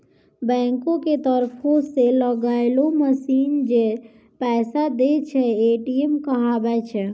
बैंको के तरफो से लगैलो मशीन जै पैसा दै छै, ए.टी.एम कहाबै छै